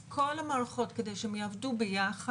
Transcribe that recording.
אז כל המערכות, כדי שהן יעבדו ביחד,